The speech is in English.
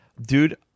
Dude